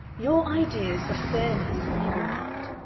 your ideas of fairness he remarked,